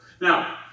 Now